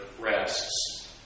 rests